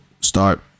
start